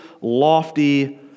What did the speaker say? lofty